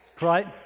right